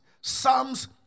Psalms